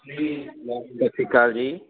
ਸਤਿ ਸ਼੍ਰੀ ਅਕਾਲ ਜੀ